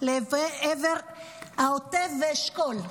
לעבר העוטף והאשכול,